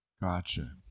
gotcha